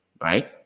right